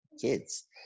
kids